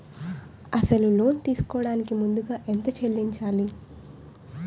అసలు లోన్ తీసుకోడానికి ముందుగా ఎంత చెల్లించాలి?